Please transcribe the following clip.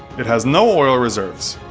it has no oil reserves.